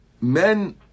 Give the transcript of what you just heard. men